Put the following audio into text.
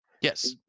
Yes